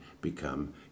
become